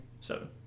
seven